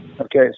okay